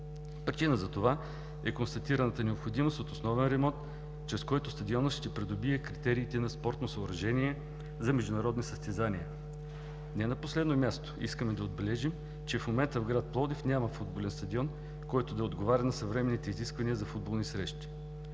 Причина за това е констатираната необходимост от основен ремонт, чрез който стадионът ще придобие критериите на спортно съоръжение за международни състезания. Не на последно място, искам да отбележа, че в момента в град Пловдив няма футболен стадион, който да отговаря на съвременните изисквания за футболни срещи.